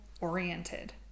oriented